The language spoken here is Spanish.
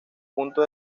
punto